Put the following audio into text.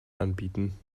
anbieten